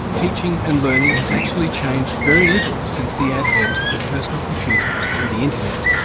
teaching and learning has actually changed very little since the advent of the personal computer and the internet.